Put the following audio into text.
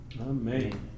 Amen